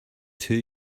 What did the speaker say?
two